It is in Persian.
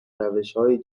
روشهای